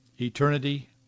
Eternity